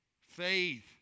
faith